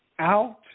out